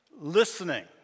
listening